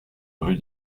rue